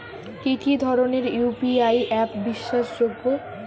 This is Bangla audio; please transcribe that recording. কি কি ধরনের ইউ.পি.আই অ্যাপ বিশ্বাসযোগ্য?